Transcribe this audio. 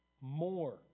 more